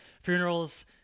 funerals